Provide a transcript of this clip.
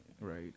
Right